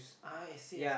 ah I see I see